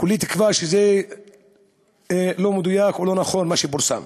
כולי תקווה שזה לא מדויק, או לא נכון, מה שפורסם.